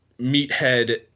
meathead